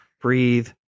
breathe